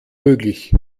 möglich